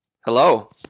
Hello